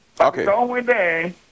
Okay